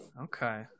Okay